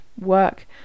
work